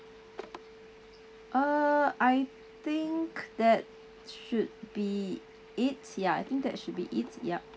uh I think that should be it ya I think that should be it yup